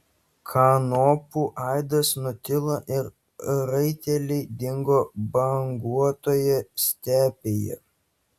kanopų aidas nutilo ir raiteliai dingo banguotoje stepėje